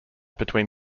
between